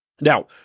Now